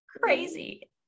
crazy